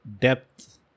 depth